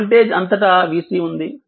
voltage అంతటా vC ఉంది